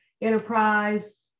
Enterprise